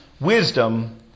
wisdom